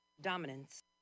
dominance